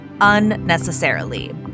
unnecessarily